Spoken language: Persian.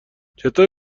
چطور